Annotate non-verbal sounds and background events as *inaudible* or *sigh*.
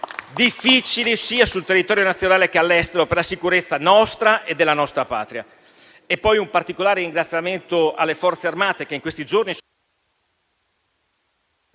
difficili sia sul territorio nazionale che all'estero per la sicurezza nostra e della nostra Patria. *applause* Rivolgo poi un particolare ringraziamento alle Forze armate che in questi giorni sono